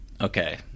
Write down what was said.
Okay